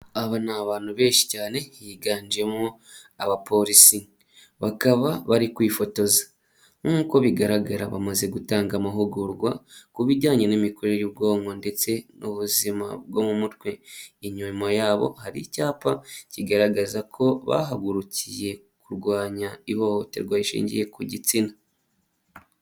Aba ni abantu benshi cyane, higanjemo abaporisi, bakaba bari kwifotoza, nk'uko bigaragara bamaze gutanga amahugurwa ku bijyanye n'imikorere y'ubwonko ndetse n'ubuzima bwo mu mutwe, inyuma yabo hari icyapa kigaragaza ko bahagurukiye kurwanya ihohoterwa rishingiye ku gitsina.